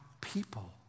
people